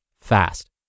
fast